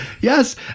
Yes